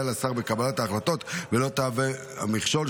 לשר בקבלת ההחלטות ולא תהווה מכשול,